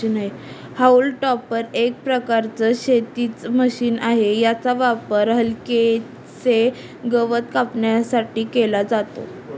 haulm topper एक प्रकारचं शेतीच मशीन आहे, याचा वापर हलकेसे गवत कापण्यासाठी केला जातो